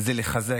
הוא לחזק,